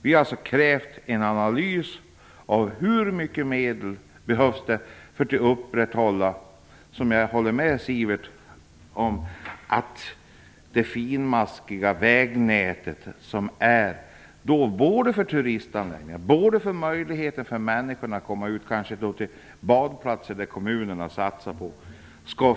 Vi har krävt en analys av hur mycket medel som behövs för att upprätthålla det finmaskiga vägnät som skall finnas kvar - och där håller jag med Sivert Carlsson - för turistanläggningarna och för människors möjligheter att komma ut till de badplatser som kommunerna satsar på.